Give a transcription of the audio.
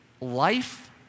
life